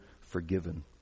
forgiven